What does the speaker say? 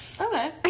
Okay